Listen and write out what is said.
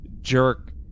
jerk